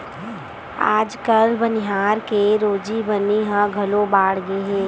आजकाल बनिहार के रोजी बनी ह घलो बाड़गे हे